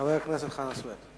חבר הכנסת חנא סוייד.